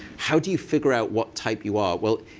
how do you figure out what type you are? well,